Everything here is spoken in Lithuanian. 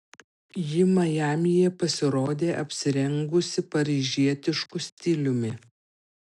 ji majamyje pasirodė apsirengusi paryžietišku stiliumi